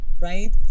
right